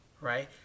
Right